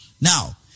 Now